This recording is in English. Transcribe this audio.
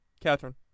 Catherine